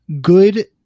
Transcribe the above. good